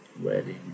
Wedding